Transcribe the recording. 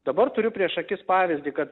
dabar turiu prieš akis pavyzdį kad